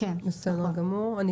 רשות